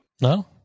No